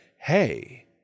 Hey